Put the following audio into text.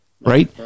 Right